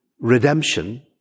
redemption